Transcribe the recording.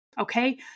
Okay